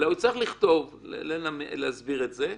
הוא צריך להסביר את זה.